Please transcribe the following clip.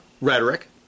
rhetoric